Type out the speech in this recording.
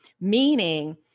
meaning